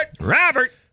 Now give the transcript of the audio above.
Robert